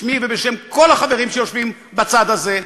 בשמי ובשם כל החברים שיושבים בצד הזה,